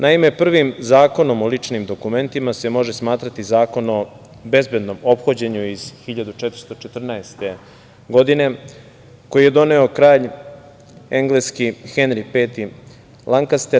Naime, prvim zakonom o ličnim dokumentima se može smatrati zakon o bezbednom ophođenju iz 1414. godine, koji je doneo kralj engleski Henri V Lankaster.